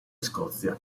scozia